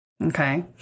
Okay